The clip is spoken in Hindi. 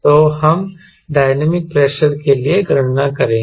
तो हम डायनामिक प्रेशर के लिए गणना करेंगे